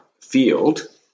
field